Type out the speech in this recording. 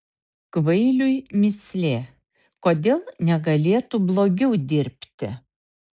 kvailiui mįslė kodėl negalėtų blogiau dirbti